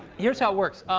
here's how it works.